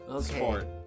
sport